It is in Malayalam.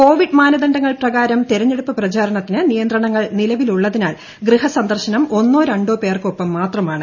കോവിഡ് മാനദണ്ഡങ്ങൾ പ്രകാരം തെരഞ്ഞെടുപ്പ് പ്രചാരണത്തിന് നിയന്ത്രണങ്ങൾ നിലവിലുള്ളതിനാൽ ഗൃഹസന്ദർശനം ഒന്നോ രോ പേർക്കൊപ്പം മാത്രമാണ്